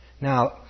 Now